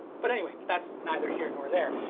but anyway, that's neither here nor there.